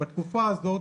בתקופה הזאת,